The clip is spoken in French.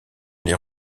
les